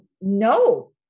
No